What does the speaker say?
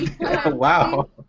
Wow